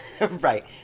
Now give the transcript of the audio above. right